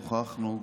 הוכחנו,